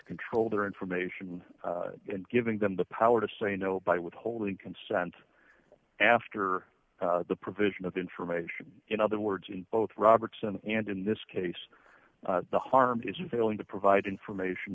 control their information and giving them the power to say no by withholding consent after the provision of information in other words in both robertson and in this case the harm is failing to provide information